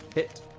hit.